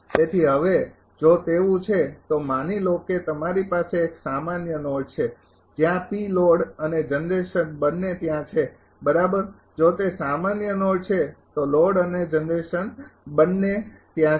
તેથી હવે જો તેવું છે તો માની લો કે તમારી પાસે એક સામાન્ય નોડ છે જ્યાં લોડ અને જનરેશન બંને ત્યાં છે બરાબર જો તે સામાન્ય નોડ છે તો લોડ અને જનરેશન બંને ત્યાં છે